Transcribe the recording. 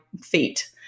feet